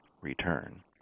return